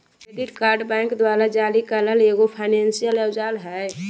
credit card bank द्वारा जारी करल एगो फायनेंसियल औजार हइ